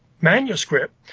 manuscript